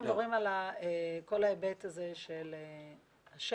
אנחנו מדברים על כל ההיבט הזה של השמש,